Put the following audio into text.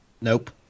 Nope